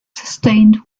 sustained